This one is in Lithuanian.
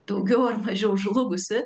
daugiau ar mažiau žlugusi